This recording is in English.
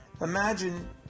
Imagine